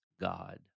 God